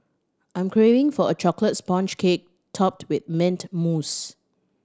I'm craving for a chocolate sponge cake topped with mint mousse